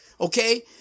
Okay